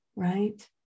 right